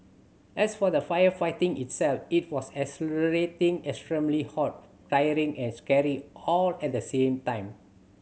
as for the firefighting itself it was exhilarating extremely hot tiring and scary all at the same time